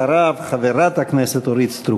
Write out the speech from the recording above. אחריו, חברת הכנסת אורית סטרוק.